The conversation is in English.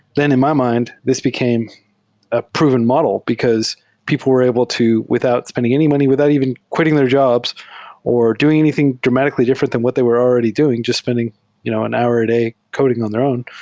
then in my mind this became a proven model, because people were able to, without spending any money, without even quitting their jobs or doing anything dramatically different than what they were already doing, jus t spending you know an hour a day coding on their own,